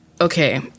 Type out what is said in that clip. okay